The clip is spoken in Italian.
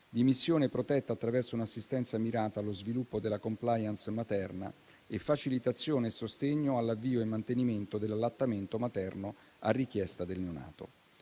dimissione protetta attraverso un'assistenza mirata allo sviluppo della *compliance* materna e facilitazione e sostegno all'avvio e al mantenimento dell'allattamento materno a richiesta del neonato.